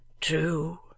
True